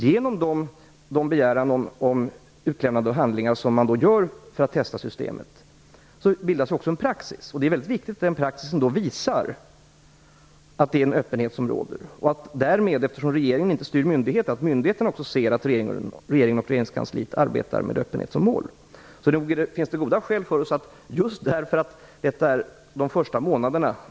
Genom att man begär att få handlingar utlämnade för att testa systemet bildas också en praxis. Det är väldigt viktigt att den praxisen visar att det råder öppenhet och att också myndigheterna ser att regeringen och regeringskansliet arbetar med öppenhet som mål, eftersom regeringen inte styr myndigheterna.